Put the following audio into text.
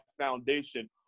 foundation